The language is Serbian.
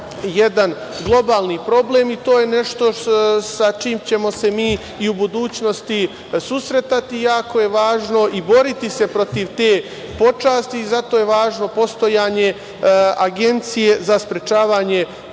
jedan globalni problem i to je nešto sa čime ćemo se mi i u budućnosti susretati. Jako je važno boriti se protiv te pošasti i zato je važno postojanje Agencije za sprečavanje